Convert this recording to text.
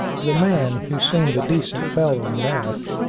the man, who seemed a decent fellow enough,